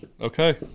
okay